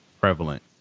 prevalent